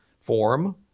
form